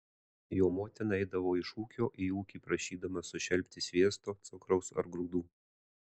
jo motina eidavo iš ūkio į ūkį prašydama sušelpti sviesto cukraus ar grūdų